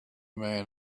man